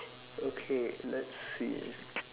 okay let's see